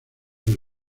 del